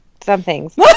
somethings